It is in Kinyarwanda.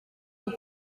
club